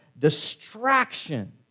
distraction